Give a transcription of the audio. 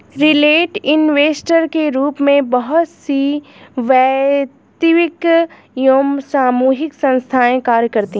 retail investor के रूप में बहुत सी वैयक्तिक एवं सामूहिक संस्थाएं कार्य करती हैं